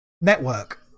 network